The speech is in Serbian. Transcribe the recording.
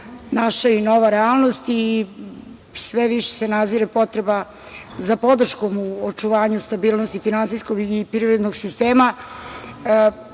naša nova realnost i sve više se nazire potreba za podrškom u očuvanju stabilnosti finansijskog i privrednog sistema,